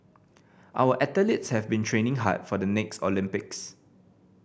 our athletes have been training hard for the next Olympics